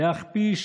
להכפיש,